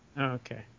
Okay